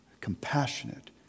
compassionate